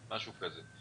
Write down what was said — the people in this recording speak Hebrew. משהו כזה,